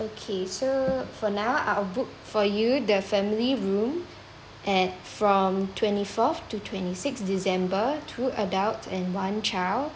okay so for now I'll book for you the family room at from twenty fourth to twenty six december two adults and one child